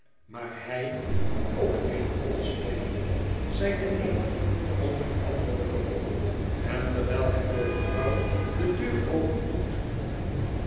maar hij kan ook eene rol spelen zijne eenige onveranderlijke rol en terwijl hij voor die vrouw de deur opendoet